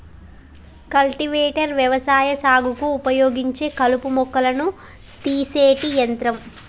cultivator వ్యవసాయ సాగుకు ఉపయోగించే కలుపు మొక్కలను తీసేటి యంత్రం